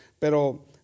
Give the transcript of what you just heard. Pero